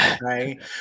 right